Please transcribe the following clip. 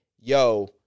yo